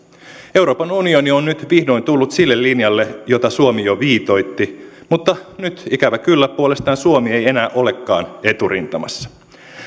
euroopan unioni on nyt vihdoin tullut sille linjalle jota suomi jo viitoitti mutta nyt ikävä kyllä puolestaan suomi ei enää olekaan eturintamassa